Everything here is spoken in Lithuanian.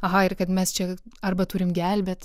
aha ir kad mes čia arba turim gelbėt